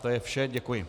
To je vše, děkuji.